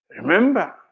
Remember